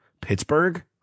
Pittsburgh